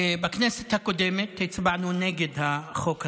בכנסת הקודמת הצבענו נגד החוק הזה,